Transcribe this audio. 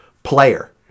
player